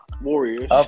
Warriors